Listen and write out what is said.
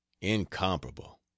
incomparable